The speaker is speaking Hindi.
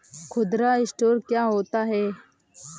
खुदरा स्टोर क्या होता है?